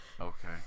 okay